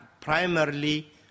primarily